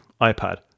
iPad